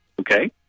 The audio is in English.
Okay